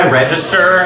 register